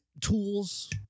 tools